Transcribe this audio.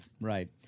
Right